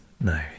No